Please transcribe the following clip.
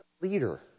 leader